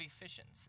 efficiency